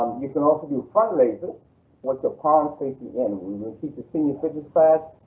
you can also do front raises with the palms facing in. we will keep the senior fitness class.